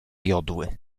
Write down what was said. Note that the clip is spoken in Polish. jodły